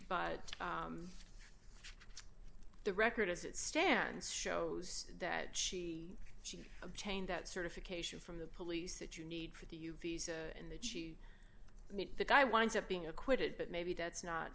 the record as it stands shows that she did obtain that certification from the police that you need for the u visa and that you mean the guy winds up being acquitted but maybe that's not